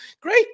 great